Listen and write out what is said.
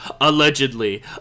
allegedly